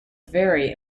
very